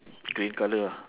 green colour ah